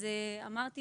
אז אמרתי